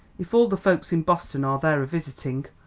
if all the folks in boston are there a-visiting.